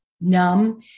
numb